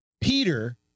Peter